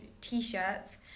t-shirts